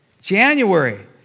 January